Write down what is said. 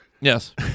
Yes